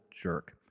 jerk